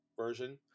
version